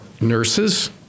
nurses